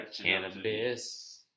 Cannabis